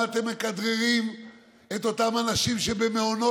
כמה אתם מכדררים את אותם אנשים שבמעונות